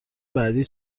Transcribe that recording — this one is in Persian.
بعدی